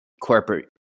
corporate